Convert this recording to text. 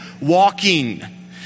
walking